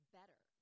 better